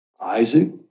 Isaac